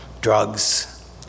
drugs